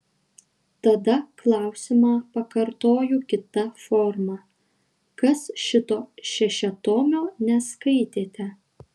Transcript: tada klausimą pakartoju kita forma kas šito šešiatomio neskaitėte